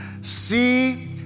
see